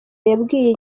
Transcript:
yabwiye